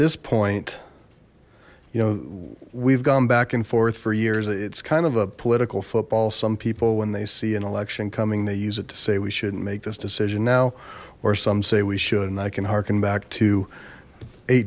this point you know we've gone back and forth for years it's kind of a political football some people when they see an election coming they use it to say we shouldn't make this decision now or some say we should and i can hearken back to